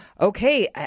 Okay